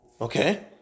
Okay